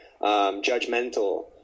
judgmental